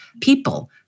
people